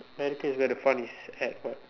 where do you think the fun is airport